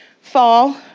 fall